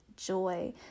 joy